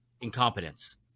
incompetence